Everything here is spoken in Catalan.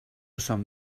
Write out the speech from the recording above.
som